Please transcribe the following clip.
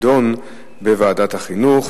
תידון בוועדת החינוך.